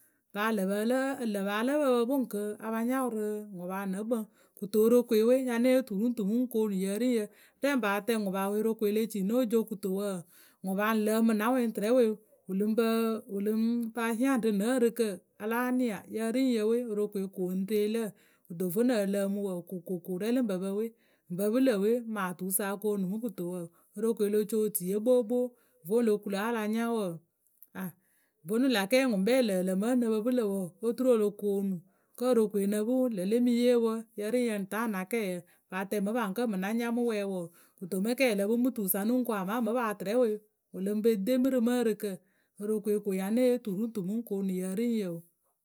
Paa ŋlǝ̈ paa ǝ lǝ́ǝ pǝ ǝ pǝ pɨ ŋwǝ kɨ a pa nya wǝ ŋwǝ paa nǝ kpǝŋ kɨto worokoe we ŋ nya née yee tu ru ŋ tu mǝ ŋ koonu yǝ ri ŋ yǝ rǝ ŋ paa tɛŋ ŋwǝ paa worokoe le ci ŋwǝ no co kɨto wǝǝ ŋwǝ paa ŋ lǝǝmǝ na wɛ tɨrɛ wǝ lǝŋ pa hiaŋ ŋwǝ rǝ nǝ ǝrɨkǝ a láa nia yǝ ri ŋ yǝ we worokoe ko ŋ re lǝ. Kɨto vǝnɨ ǝ lǝǝmǝ wǝǝ kokoko rɛ lǝ ŋ pǝ pǝ we ŋ pǝ pɨ lǝ̂ we maa tuwǝsa o koonu mǝ kɨto worokoe lo co otuye kpookpoo vǝ́ lo ku lǝ̈ wǝ́ a la nya wǝǝ vonu lä kɛɛ ŋwǝ ŋkpɛ lǝǝ lǝmǝ wǝ́ ŋ nǝ pǝ pɨ lǝ̈ wǝǝ oturu o lo koonu ŋwǝ. Kǝ́ worokoe ŋ nǝ pɨ wǝ ŋlǝ le mɨ yee wǝǝ yǝ ri yǝ ŋ taa na kɛɛyǝ paa tɛŋ ŋmǝ paa kǝ́ ŋ́ nya mǝ wɛ wǝǝ kɨto mǝ kɛɛ lǝ pɨ mǝ tuwǝ sa ŋ́ nǝŋ kuŋ amaa ŋmǝ paa tɨrɛ we wǝ lǝŋ pe de mǝ rǝ mɨ ǝrɨkǝ worokoe ko ŋ yaa née yee tu ri ŋ tu mǝ ŋ koonu yǝ ri ŋ yǝ o.